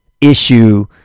issue